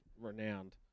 renowned